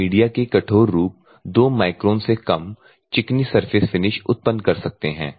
और मीडिया के कठोर रूप 2 माइक्रोन से कम चिकनी सरफेस फिनिश उत्पन्न कर सकते हैं